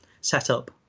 setup